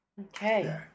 Okay